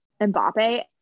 Mbappe